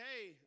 hey